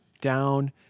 down